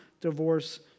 divorce